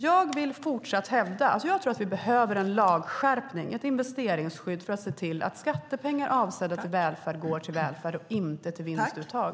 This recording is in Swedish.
Jag tror att vi behöver en lagskärpning och ett investeringsskydd för att se till att skattepengar avsedda till välfärd går till välfärd och inte till vinstuttag.